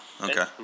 okay